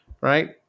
right